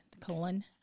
colon